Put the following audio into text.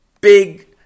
big